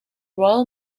royal